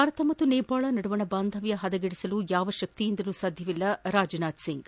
ಭಾರತ ಮತ್ತು ನೇಪಾಳ ನಡುವಣ ಬಾಂಧವ್ಯ ಹದಗೆದಿಸಲು ಯಾವ ಶಕ್ತಿಯಿಂದಲೂ ಸಾಧ್ಯವಿಲ್ಲ ರಾಜನಾಥ್ ಸಿಂಗ್